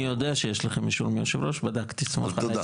אני יודע שיש לכם אישור מיושב הראש, בדקתי אתמול.